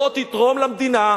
בוא תתרום למדינה,